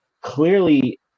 clearly